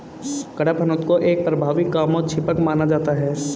कडपहनुत को एक प्रभावी कामोद्दीपक माना जाता है